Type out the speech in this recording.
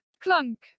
Clunk